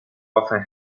often